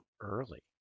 early